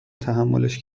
تحملش